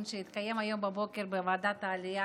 שהתקיים היום בבוקר בוועדת העלייה,